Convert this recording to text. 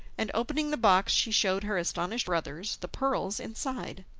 and opening the box she showed her astonished brothers the pearls inside.